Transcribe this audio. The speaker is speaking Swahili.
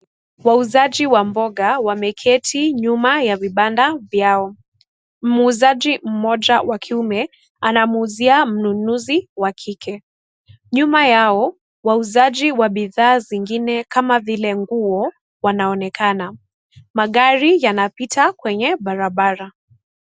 Wauzaji wa mboga wameketi nyuma ya vibanda vyao. Muuzaji mmoja wa kiume anamuuzia mnunuzi wa kike. Nyuma yao wauzaji wa bidhaa zingine kama vile nguo wanaonekana magari yanapita kwenye barabara.